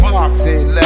Boxing